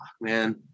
man